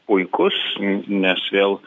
puikus nes vėl